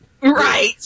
Right